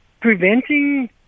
preventing